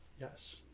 Yes